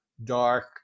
dark